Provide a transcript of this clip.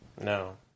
no